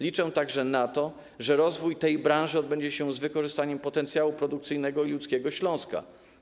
Liczę także na to, że rozwój tej branży będzie przebiegał z wykorzystaniem potencjału produkcyjnego i ludzkiego Śląska.